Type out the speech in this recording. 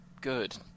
good